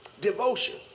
Devotion